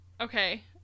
Okay